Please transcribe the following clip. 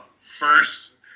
first